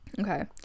Okay